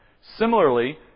Similarly